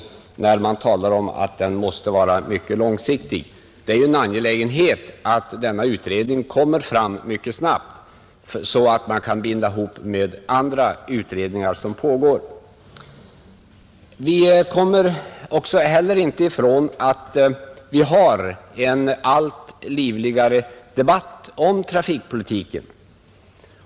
Kommunikationsministern talade ju om att den måste vara mycket långsiktig, men det är angeläget att denna utredning slutföres mycket snabbt så att resultatet kan bindas ihop med andra pågående utredningar. Vi kommer inte heller ifrån att vi har en allt livligare debatt om trafikpolitiken.